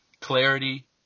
clarity